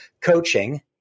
coaching